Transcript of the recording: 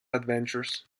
adventures